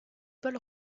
paul